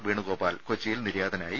വേണുഗോപാൽ കൊച്ചിയിൽ നിര്യാതനായി